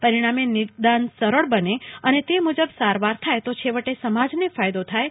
પરિણામે નિદાન સરળ બને અને તે મુજબ સારવાર થાય તો છેવટે સમાજને ફાયદો થાય છે